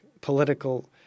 political